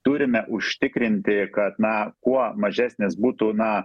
turime užtikrinti kad na kuo mažesnis būtų na